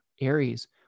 Aries